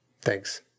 Thanks